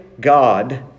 God